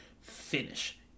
finish